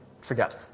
forget